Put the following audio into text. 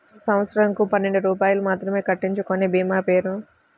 సంవత్సరంకు పన్నెండు రూపాయలు మాత్రమే కట్టించుకొనే భీమా పేరు?